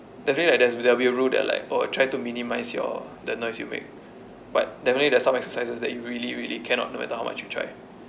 the thing that there's there'll be a rule there like oh try to minimise your the noise you make but definitely there's some exercises that you really really cannot no matter how much you try